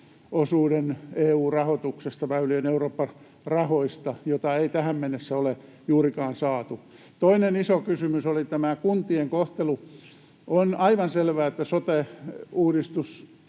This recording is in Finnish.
osuuden EU-rahoituksesta, väylien Eurooppa-rahoista, joita ei tähän mennessä ole juurikaan saatu. Toinen iso kysymys oli tämä kuntien kohtelu. On aivan selvää, että sote-uudistus